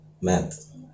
Math